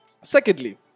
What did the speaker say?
Secondly